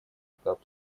этап